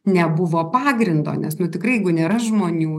nebuvo pagrindo nes nu tikrai jeigu nėra žmonių